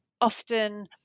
Often